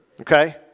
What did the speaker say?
Okay